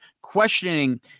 questioning